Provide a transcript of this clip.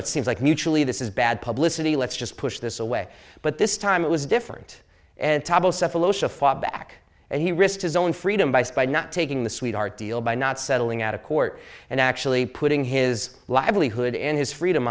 it seems like mutually this is bad publicity let's just push this away but this time it was different and back and he risked his own freedom by spite not taking the sweetheart deal by not settling out of court and actually putting his livelihood and his freedom